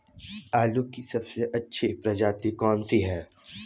आलू की सबसे अच्छी प्रजाति कौन सी है?